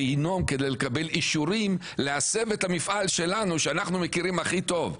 גיהינום כדי לקבל אישורים להסב את המפעל שלנו שאנחנו מכירים הכי טוב,